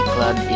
Club